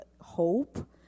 hope